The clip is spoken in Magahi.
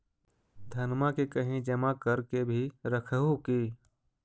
धनमा के कहिं जमा कर के भी रख हू की?